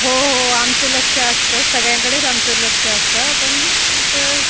हो हो आमचं लक्ष असतं सगळ्यांकडेच आमचं लक्ष असतं पण असं